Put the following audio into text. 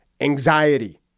anxiety